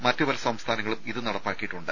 മറ്റ് പല സംസ്ഥാനങ്ങളും ഇത് നടപ്പാക്കിയിട്ടുണ്ട്